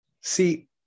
See